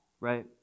Right